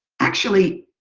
actually